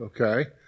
okay